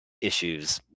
issues